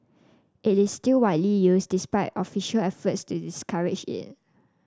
it is still widely used despite official efforts to discourage it